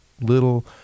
little